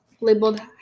labeled